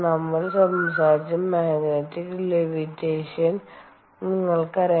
നമ്മൾ സംസാരിച്ച magnetic levitation നിങ്ങൾക്കറിയാം